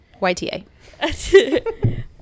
Yta